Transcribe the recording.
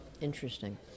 Interesting